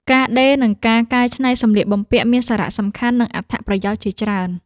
ការដេរ និងការកែច្នៃសម្លៀកបំពាក់ មានសារៈសំខាន់ និងអត្ថប្រយោជន៍ជាច្រើន។